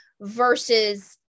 versus